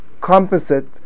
composite